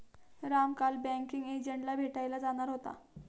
राम काल बँकिंग एजंटला भेटायला जाणार होता